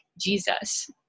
Jesus